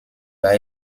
bas